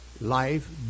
Life